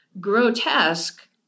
grotesque